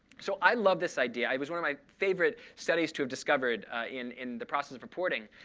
so i love this idea. it was one of my favorite studies to have discovered in in the process of reporting.